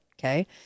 Okay